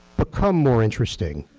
become more interesting.